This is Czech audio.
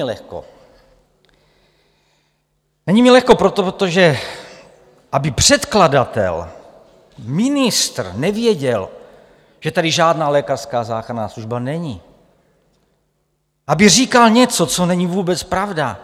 Není mi lehko proto, protože aby předkladatel, ministr, nevěděl, že tady žádná lékařská záchranná služba není, aby říkal něco, co není vůbec pravda...